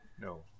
no